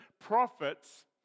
prophets